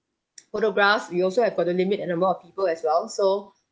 photographs we also have got to limit a number of people as well so